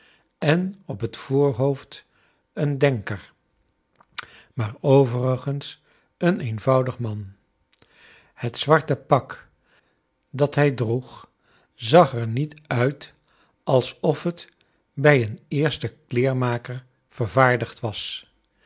en op het voorhoofd een denker maar overigens een eenvoudig man het zwarte pak dat hij droeg zag er niet uit alsof het bij een eersten kleermaker vervaardigd was